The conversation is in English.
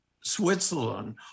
Switzerland